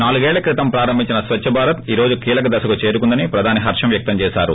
నాలుగేళ్ల క్రితం ప్రారంభించిన స్వచ్చభారత్ ఈ రోజు కీలక దశకు చేరుకుందని ప్రధాని హర్షం వ్యక్తం చేసారు